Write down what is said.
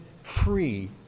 free